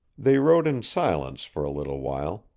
they rode in silence for a little while,